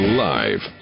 live